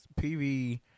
PV